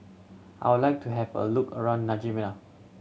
I would like to have a look around N'Djamena